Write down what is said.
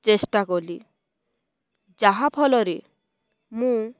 ଚେଷ୍ଟା କଲି ଯାହାଫଳରେ ମୁଁ